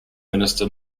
minister